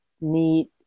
need